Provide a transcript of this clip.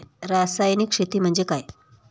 रासायनिक शेती म्हणजे काय?